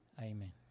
Amen